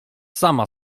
sama